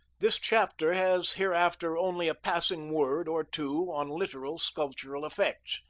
this chapter has hereafter only a passing word or two on literal sculptural effects.